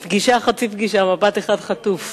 "פגישה, חצי פגישה, מבט אחד חטוף."